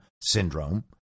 syndrome